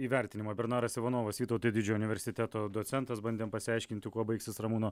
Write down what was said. įvertinimą bernaras ivanovas vytauto didžiojo universiteto docentas bandėm pasiaiškinti kuo baigsis ramūno